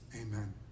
Amen